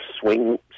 swing